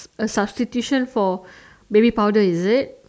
a substitution for baby powder is it